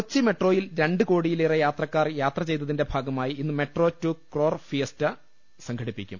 കൊച്ചി മെട്രോയിൽ രണ്ട് കോടിയിലേറെ യാത്രക്കാർ യാത്ര ചെയ്തതിന്റെ ഭാഗമായി ഇന്ന് മെട്രോ ടൂ ക്രോർ ഫിയസ്റ്റ സംഘ ടിപ്പിക്കും